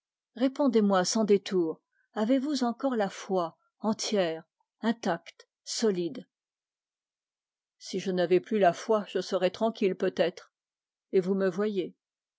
répondez sans détour avez-vous encore la foi entière intacte solide si je n'avais plus la foi je serais calme peut-être et vous me voyez